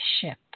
ship